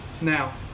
Now